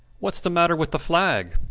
whats the matter with the flag?